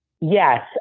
Yes